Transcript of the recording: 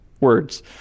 words